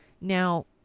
Now